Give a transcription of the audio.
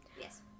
Yes